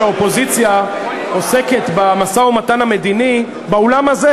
האופוזיציה עוסקת במשא-ומתן המדיני באולם הזה